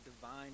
divine